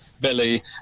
Billy